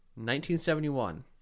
1971